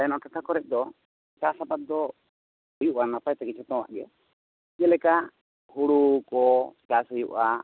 ᱟᱞᱮ ᱱᱚᱣᱟ ᱴᱚᱴᱷᱟ ᱠᱚᱨᱮ ᱫᱚ ᱪᱟᱥ ᱟᱵᱟᱫ ᱫᱚ ᱦᱩᱭᱩᱜᱼᱟ ᱱᱟᱯᱟᱭ ᱛᱮᱜᱮ ᱡᱚᱛᱚᱱᱟᱜ ᱜᱮ ᱡᱮᱞᱮᱠᱟ ᱦᱩᱲᱩ ᱠᱚ ᱪᱟᱥ ᱦᱩᱭᱩᱜᱼᱟ